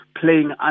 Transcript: playing